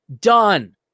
done